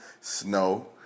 Snow